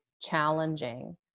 challenging